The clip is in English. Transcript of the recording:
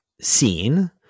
seen